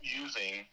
using